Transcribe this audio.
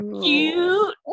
cute